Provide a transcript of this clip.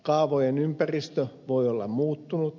kaavojen ympäristö voi olla muuttunut